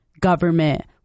government